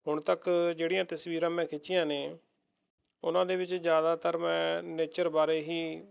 ਹੁਣ ਤੱਕ ਜਿਹੜੀਆਂ ਤਸਵੀਰਾਂ ਮੈਂ ਖਿੱਚੀਆਂ ਨੇ ਉਹਨਾਂ ਦੇ ਵਿੱਚ ਜ਼ਿਆਦਾਤਰ ਮੈਂ ਨੇਚਰ ਬਾਰੇ ਹੀ